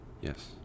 Yes